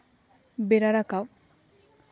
ᱵᱮᱲᱟ ᱨᱟᱠᱟᱵ